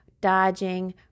dodging